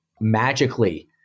magically